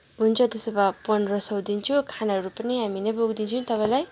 हुन्छ त्यसो भए पन्ध्र सय दिन्छु खानाहरू पनि हामी नै बोकिदिन्छु तपाईँलाई